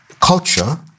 Culture